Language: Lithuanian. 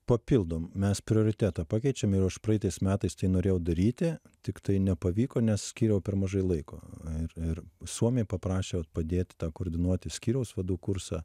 papildom mes prioritetą pakeičiam ir užpraeitais metais tai norėjau daryti tiktai nepavyko nes skyriau per mažai laiko ir ir suomiai paprašė vat padėt koordinuoti skyriaus vadų kursą